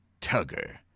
tugger